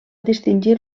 distingir